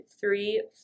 three